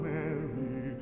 Mary